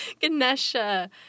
Ganesha